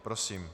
Prosím.